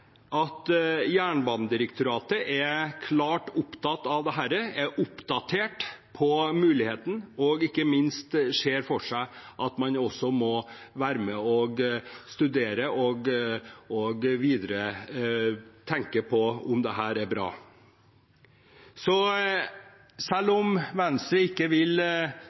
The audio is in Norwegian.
at Jernbanedirektoratet er klart opptatt av dette, er oppdatert på muligheten og ikke minst ser for seg at man må være med og studere og videre tenke på om dette er bra. Selv om Venstre ikke vil